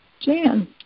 Jan